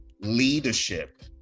leadership